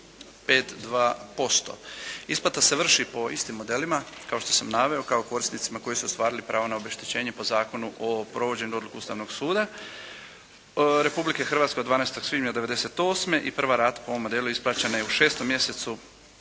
19,9752%. Isplata se vrši po istim modelima kao što sam naveo, kao korisnicima koji su ostvarili pravo na obeštećenje po Zakonu o provođenju odluke Ustavnog suda Republike Hrvatske od 12. svibnja '98. i prva rata po ovom modelu isplaćena je u 6. mjesecu